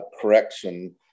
correction